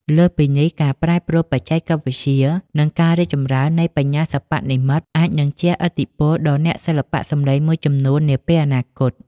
លើសពីនេះ ការប្រែប្រួលបច្ចេកវិទ្យា និងការរីកចម្រើននៃបញ្ញាសិប្បនិម្មិត (AI) អាចនឹងជះឥទ្ធិពលដល់អ្នកសិល្បៈសំឡេងមួយចំនួននាពេលអនាគត។